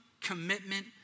commitment